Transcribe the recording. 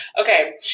Okay